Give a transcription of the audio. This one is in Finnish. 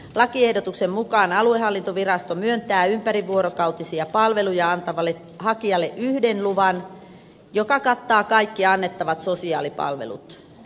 lakiehdotuksen mukaan aluehallintovirasto myöntää ympärivuorokautisia palveluja antavalle hakijalle yhden luvan joka kattaa kaikki annettavat sosiaalipalvelut